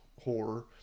horror